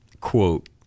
Quote